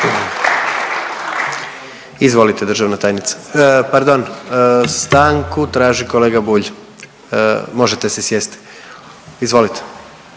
Izvolite državna tajnice. Pardon, stanku traži kolega Bulj. Možete se sjesti. Izvolite.